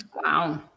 Wow